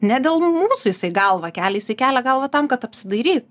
ne dėl mūsų jisai galvą kelia jisai kelia galvą tam kad apsidairyt